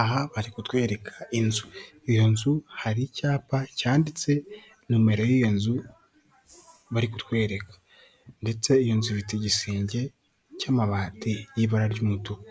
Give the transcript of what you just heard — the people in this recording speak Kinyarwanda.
Aha bari kutwereka inzu. Iyo nzu hari icyapa cyanditse nomero y'iyo nzu bari kutwereka ndetse iyo nzu ifite igisenge cy'amabati y'ibara ry'umutuku